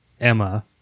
Emma